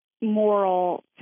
moral